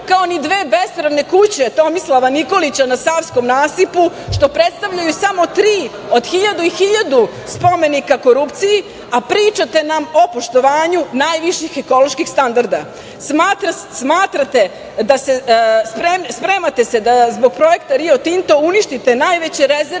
kao ni dve bespravne kuće Tomislava Nikolića na Savskom nasipu, što predstavljaju samo tri od hiljadu i hiljadu spomenika korupciji, a pričate nam o poštovanju najviših ekoloških standarda. Spremate se da zbog projekta Rio Tinto uništite najveće rezerve